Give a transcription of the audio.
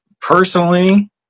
Personally